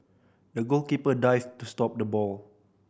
the goalkeeper dived to stop the ball